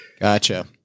Gotcha